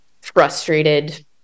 frustrated